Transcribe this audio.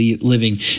living